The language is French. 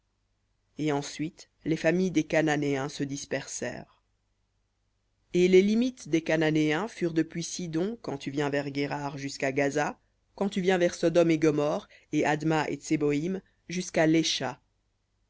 et ensuite les familles des cananéens se dispersèrent et les limites des cananéens furent depuis sidon quand tu viens vers guérar jusqu'à gaza quand tu viens vers sodome et gomorrhe et adma et tseboïm jusqu'à